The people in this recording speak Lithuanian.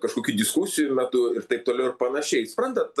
kažkokių diskusijų metu ir taip toliau ir panašiai suprantat